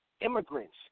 immigrants